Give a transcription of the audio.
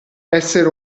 essere